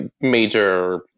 major